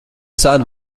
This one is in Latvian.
sen